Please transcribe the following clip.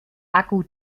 akku